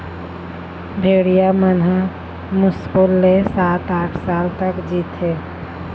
भेड़िया मन ह मुस्कुल ले सात, आठ साल तक जीथे